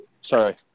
sorry